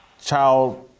child